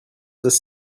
this